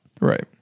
Right